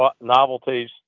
novelties